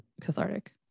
cathartic